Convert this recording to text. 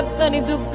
thirty